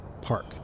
Park